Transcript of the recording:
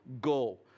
goal